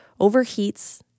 overheats